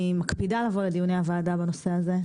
אני מקפידה לבוא לדיוני הוועדה בנושא הזה.